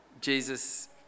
Jesus